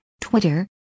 Twitter